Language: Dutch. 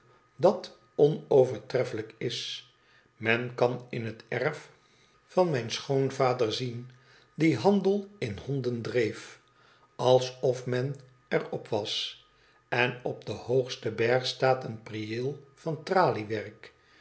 dat onovertreffelijk is men kan in het erf wxdxrzdschk vader zien die handel in honden dreef alsof men er op was en op den hoogsten berg staat een prieel van traliewerk